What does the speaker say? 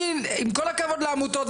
עם כל הכבוד לעמותות,